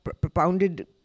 propounded